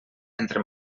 entre